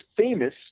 famous